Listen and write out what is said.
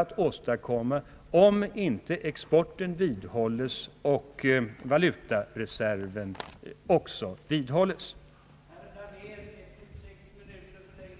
att åstadkomma om inte exporten och valutareserven bibehålles på nuvarande nivå. Det sista instämmer jag i.